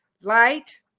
light